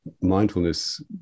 Mindfulness